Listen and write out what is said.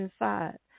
inside